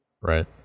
right